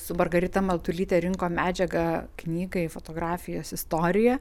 su margarita matulyte rinkom medžiagą knygai fotografijos istorija